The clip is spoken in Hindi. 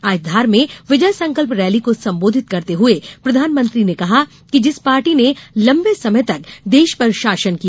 आज धार में विजय संकल्प रैली को संबोधित करते हुये प्रधानमंत्री ने कहा कि जिस पार्टी ने लम्बे समय तक देश पर शासन किया